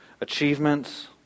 achievements